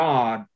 God